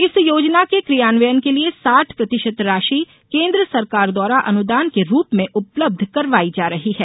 इस योजना के कियान्वयन के लिये साठ प्रतिशत राशि केन्द्र सरकार द्वारा अनुदान के रूप में उपलब्ध करवायी जा रही है